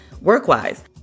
work-wise